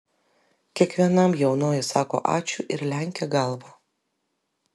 kiekvienam jaunoji sako ačiū ir lenkia galvą